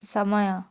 ସମୟ